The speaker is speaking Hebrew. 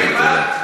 הכנסת חנין,